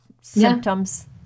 symptoms